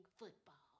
football